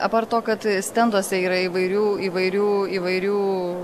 apart to kad stenduose yra įvairių įvairių įvairių